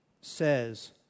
says